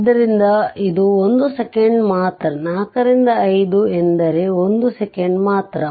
ಆದ್ದರಿಂದ ಇದು 1 ಸೆಕೆಂಡ್ ಮಾತ್ರ 4 ರಿಂದ 5 ಎಂದರೆ 1 ಸೆಕೆಂಡ್ ಮಾತ್ರ